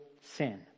sin